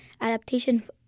adaptation